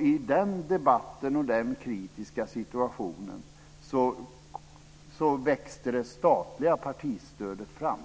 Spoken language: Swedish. I den debatten och i den kritiska situationen växte det statliga partistödet fram.